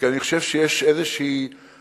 כי אני חושב שיש איזו הטיה,